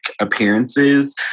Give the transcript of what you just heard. appearances